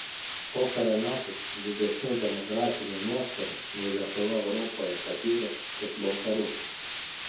pokario metais didesnių demografinių nuostolių nei lietuva europoje patyrė tik baltarusija